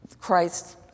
Christ